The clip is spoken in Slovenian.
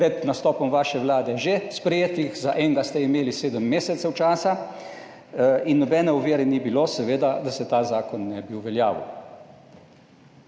pred nastopom vaše Vlade že sprejetih. Za enega ste imeli sedem mesecev časa in nobene ovire ni bilo seveda, da se ta zakon ne bi uveljavil.